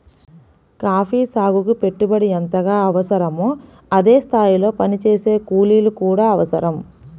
coffee సాగుకి పెట్టుబడి ఎంతగా అవసరమో అదే స్థాయిలో పనిచేసే కూలీలు కూడా అవసరం